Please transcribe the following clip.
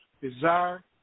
Desire